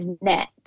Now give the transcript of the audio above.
net